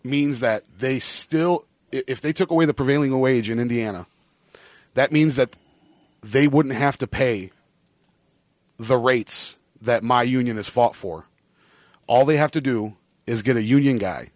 means that they still if they took away the prevailing wage in indiana that means that they wouldn't have to pay the rates that my union has fought for all they have to do is get a union guy